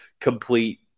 complete